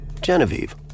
Genevieve